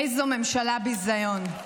איזו ממשלה ביזיון.